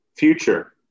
future